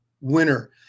winner